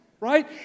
Right